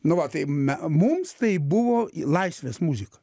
nu va tai me mums tai buvo laisvės muzika